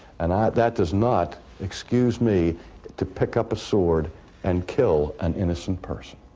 and that does not excuse me to pick up a sword and kill an innocent person.